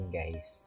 guys